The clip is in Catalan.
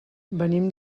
venim